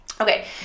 Okay